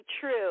true